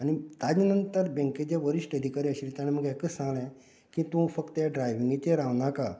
आनी ताजे नंतर बँकेचे वरिश्ट अधिकारी आशिल्ले तांणी म्हाका एकच सांगलें की तूं फक्त ह्या ड्रायव्हिगेंचेर रावनाका